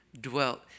dwelt